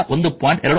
2 ಆಗಿದೆ